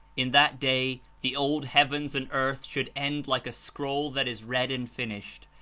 in that day the old heavens and earth should end like a scroll that is read and finished,